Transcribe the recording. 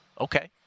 Okay